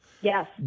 Yes